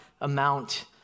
amount